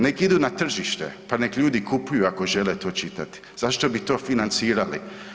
Nek idu na tržište pa nek ljudi kupuju ako žele to čitati, zašto bi to financirali.